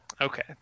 Okay